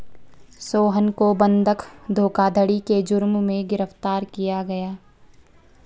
सोहन को बंधक धोखाधड़ी के जुर्म में गिरफ्तार किया गया